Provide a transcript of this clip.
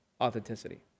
Authenticity